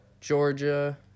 Georgia